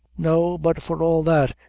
no but for all that,